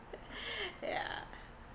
yeah